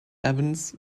evans